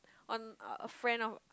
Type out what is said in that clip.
on a friend of